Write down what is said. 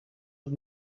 und